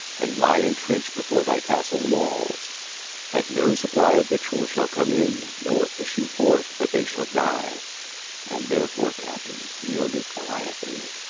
and lie in trench before thy castle-walls, that no supply of victual shall come in, nor issue forth but they shall die and, therefore, captain, yield it quietly.